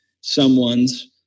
someone's